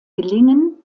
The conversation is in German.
gelingen